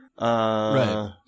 right